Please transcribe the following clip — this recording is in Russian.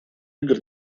игр